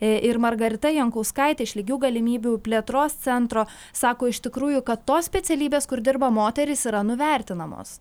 ir margarita jankauskaitė lygių galimybių plėtros centro sako iš tikrųjų kad tos specialybės kur dirba moterys yra nuvertinamos